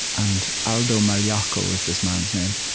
and aldo maliacho was this man's name.